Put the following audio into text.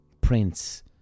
Prince